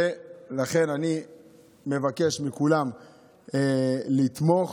לכן, אני מבקש מכולם לתמוך.